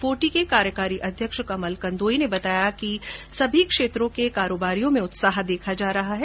forty के कार्यकारी अध्यक्ष कमल कंदोई ने बताया कि समी क्षेत्रों के कारोबारियों में उत्साह देखा जा रहा है